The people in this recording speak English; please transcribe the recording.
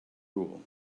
rule